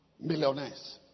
millionaires